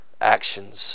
actions